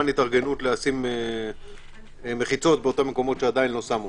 התארגנות לשים מחיצות במקומות שעדיין לא שמו.